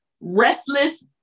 restless